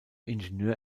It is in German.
ingenieur